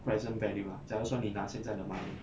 present value ah 假如说你拿现在的 money